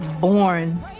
born